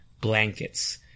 blankets